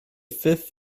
fifth